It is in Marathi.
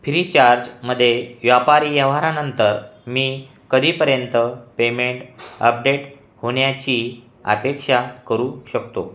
फ्रीचार्जमध्ये व्यापारी व्यवहारानंतर मी कधीपर्यंत पेमेंट अपडेट होण्याची अपेक्षा करू शकतो